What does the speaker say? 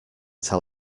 tell